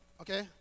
Okay